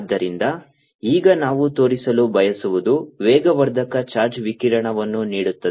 ಆದ್ದರಿಂದ ಈಗ ನಾವು ತೋರಿಸಲು ಬಯಸುವುದು ವೇಗವರ್ಧಕ ಚಾರ್ಜ್ ವಿಕಿರಣವನ್ನು ನೀಡುತ್ತದೆ